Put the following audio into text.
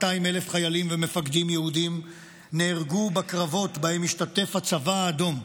200,000 חיילים ומפקדים יהודים נהרגו בקרבות שבהם השתתף הצבא האדום.